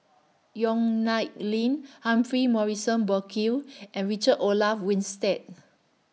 Yong Nyuk Lin Humphrey Morrison Burkill and Richard Olaf Winstedt